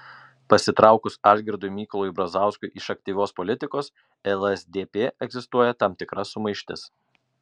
pasitraukus algirdui mykolui brazauskui iš aktyvios politikos lsdp egzistuoja tam tikra sumaištis